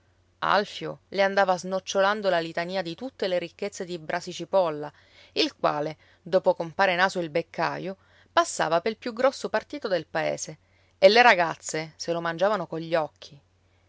alfio le andava snocciolando la litania di tutte le ricchezze di brasi cipolla il quale dopo compare naso il beccaio passava pel più grosso partito del paese e le ragazze se lo mangiavano cogli occhi